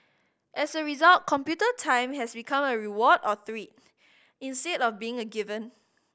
as a result computer time has become a reward or treat instead of being a given